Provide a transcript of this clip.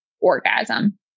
orgasm